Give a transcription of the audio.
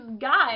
guys